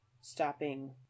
stopping